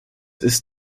ist